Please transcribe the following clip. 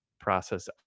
process